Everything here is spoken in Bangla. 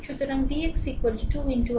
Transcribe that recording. সুতরাং vx 2 r i1